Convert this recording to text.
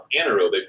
anaerobic